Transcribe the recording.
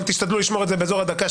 אבל תשתדלו לשמור את זה באזור הדקה,